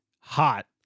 Hot